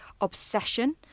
obsession